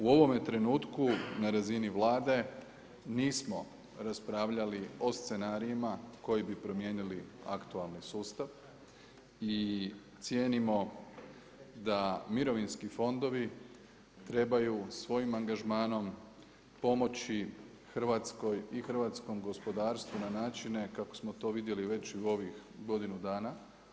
U ovome trenutku na razini Vlade nismo raspravljali o scenarijima koji bi promijenili aktualni sustav i cijenimo da mirovinski fondovi trebaju svojim angažmanom pomoći Hrvatskoj i hrvatskom gospodarstvu na načine kako smo to vidjeli već i u ovih godinu dana.